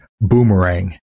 boomerang